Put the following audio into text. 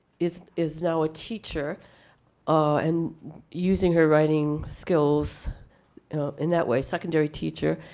is is now a teacher ah and using her writing skills in that way, secondary teacher.